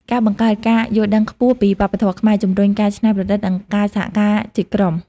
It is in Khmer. ការបង្កើតការយល់ដឹងខ្ពស់ពីវប្បធម៌ខ្មែរ ជំរុញការច្នៃប្រឌិត និងការសហការជាក្រុម។